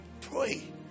Pray